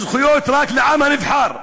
זכויות רק לעם הנבחר,